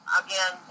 again